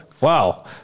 wow